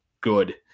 good